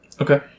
Okay